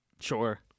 Sure